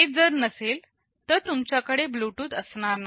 हे जर नसेल तर तुमच्याकडे ब्लूटूथ असणार नाही